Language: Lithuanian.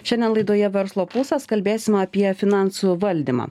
šiandien laidoje verslo pulsas kalbėsime apie finansų valdymą